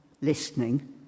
listening